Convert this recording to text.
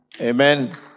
Amen